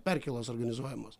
perkėlos organizuojamos